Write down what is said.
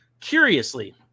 curiously